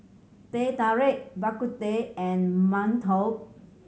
Teh Tarik Bak Kut Teh and mantou